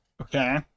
Okay